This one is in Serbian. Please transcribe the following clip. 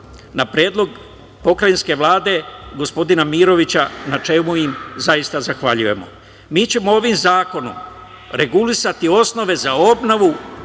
na predlog Pokrajinske vlade, gospodina Mirovića na čemu im, zaista zahvaljujemo. Mi ćemo ovim zakonom regulisati osnove za obnovu